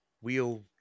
Wheel